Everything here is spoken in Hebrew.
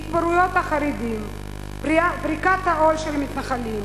התפרעויות החרדים, פריקת העול של המתנחלים,